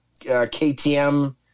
KTM